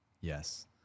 yes